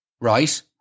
right